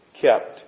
kept